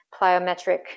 plyometric